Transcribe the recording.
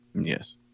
Yes